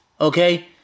okay